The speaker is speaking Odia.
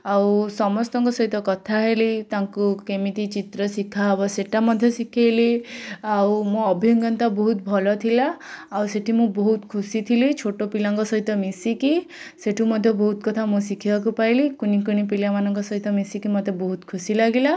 ଆଉ ସମସ୍ତଙ୍କ ସହିତ କଥାହେଲି ତାଙ୍କୁ କେମିତି ଚିତ୍ର ଶିଖାହେବ ସେଟା ମଧ୍ୟ ଶିଖେଇଲି ଆଉ ମୋ ଅଭିଜ୍ଞତା ବହୁତ ଭଲଥିଲା ଆଉ ସେଠି ମୁଁ ବହୁତ ଖୁସିଥିଲି ଛୋଟପିଲାଙ୍କ ସହିତ ମିଶିକି ସେଠୁ ମଧ୍ୟ ବହୁତ କଥା ମୁଁ ଶିଖିବାକୁ ପାଇଲି କୁନିକୁନି ପିଲାମାନଙ୍କ ସହିତ ମିଶିକି ମୋତେ ବହୁତ ଖୁସି ଲାଗିଲା